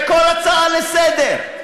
בכל הצעה לסדר-היום,